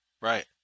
right